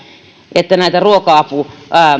että näitä ruoka